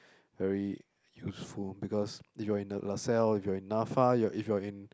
very useful because if you're in the LaSalle if you're in Nafa if you're in